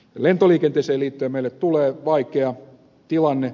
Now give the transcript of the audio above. lentoliikenteeseen liittyen meille tulee vaikea tilanne